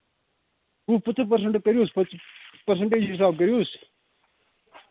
وُہ پٍنٛژہ پٔرسَنٛٹ کٔرۍہوٗس پٔرسَنٹیج حِساب کٔرۍہوٗس